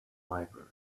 library